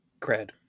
cred